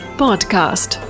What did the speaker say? podcast